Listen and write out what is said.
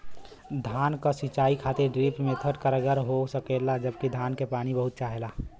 का धान क सिंचाई खातिर ड्रिप मेथड कारगर हो सकेला जबकि धान के पानी बहुत चाहेला?